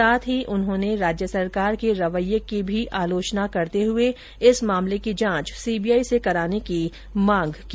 साथ ही उन्होंने राज्य सरकार के रवैये की भी आलोचना करते हुए इस मामले की जांच सीबीआई से कराने की मांग की